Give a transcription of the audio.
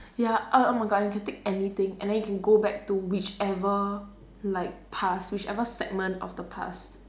ya oh oh my god you can take anything and then you can go back to whichever like past whichever segment of the past